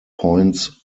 points